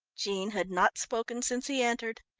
jean had not spoken since he entered.